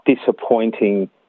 disappointing